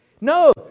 No